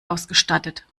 ausgestattet